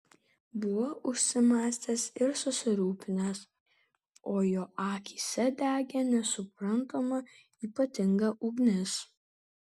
buvo užsimąstęs ir susirūpinęs o jo akyse degė nesuprantama ypatinga ugnis